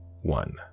one